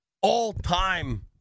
all-time